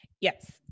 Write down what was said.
Yes